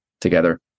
together